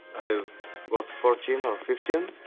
i was fourteen or fifteen.